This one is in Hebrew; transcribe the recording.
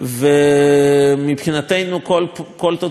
ומבחינתנו כל תוצאה היא אפשרית.